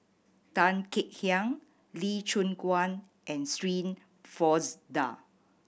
Tan Kek Hiang Lee Choon Guan and Shirin Fozdar